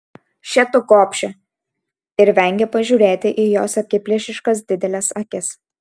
še tu gobše ir vengė pažiūrėti į jos akiplėšiškas dideles akis